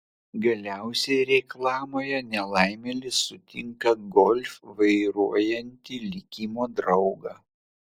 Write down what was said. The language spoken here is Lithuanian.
galiausiai reklamoje nelaimėlis sutinka golf vairuojantį likimo draugą